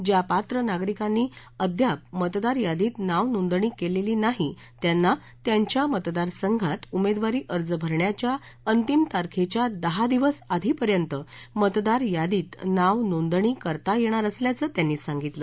ज्या पात्र नागरिकांनी अद्याप मतदार यादीत नाव नोंदणी केलेली नाही त्यांना त्यांच्या मतदार संघात उमेदवारी अर्ज भरण्याच्या अंतिम तारखेच्या दहा दिवस आधीपर्यंत मतदार यादीत नाव नोंदणी करता येणार असल्याचं त्यांनी सांगितलं